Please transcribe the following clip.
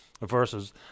versus